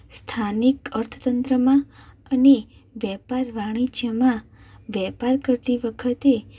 સ્થાનિક અર્થતંત્રમાં અને વેપાર વાણિજ્યમાં વેપાર કરતી વખતે